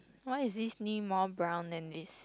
why is this knee more brown than this